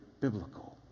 Biblical